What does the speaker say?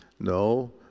No